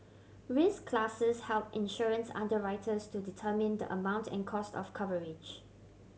risk classes help insurance underwriters to determine the amount and cost of coverage